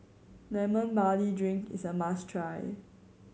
Lemon Barley Drink is a must try